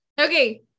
okay